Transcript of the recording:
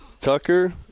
Tucker